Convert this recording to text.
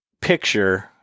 picture